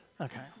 okay